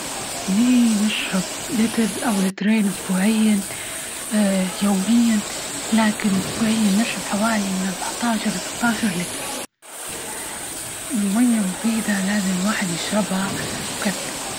اني نشرب لتر أو لترين أسبوعيا يوميا، لكن أسبوعيا نشرب حوالي من اربعة عشر إلى ستة عشر لتر، الميه مفيدة، لازم الواحد يشربها بكثرة.